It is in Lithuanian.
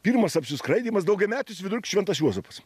pirmas apsiskraidymas daugiametis vidurkis šventas juozapas